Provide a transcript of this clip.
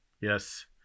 Yes